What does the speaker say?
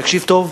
תקשיב טוב,